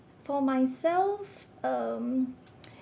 for myself um